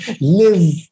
live